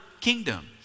kingdom